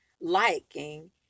liking